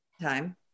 time